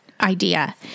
idea